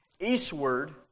eastward